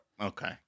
Okay